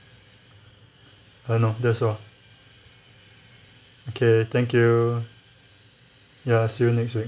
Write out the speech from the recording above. uh no that's all okay thank you ya see you next week